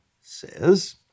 says